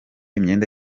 imyenda